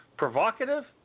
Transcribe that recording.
Provocative